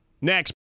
next